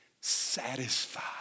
satisfied